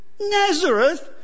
Nazareth